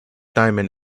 diamond